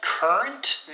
Current